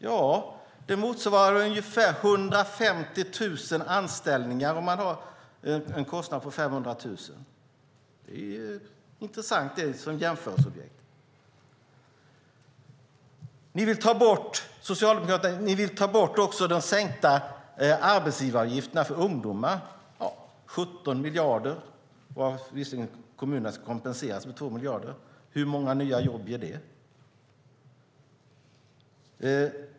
Ja, det motsvarar ungefär 150 000 anställningar om man har en kostnad på 500 000. Det är intressant som jämförelse. Ni socialdemokrater vill också ta bort de sänkta arbetsgivaravgifterna för ungdomar. De är på 17 miljarder varav kommunerna visserligen ska kompenseras med 2 miljarder. Hur många nya jobb ger det?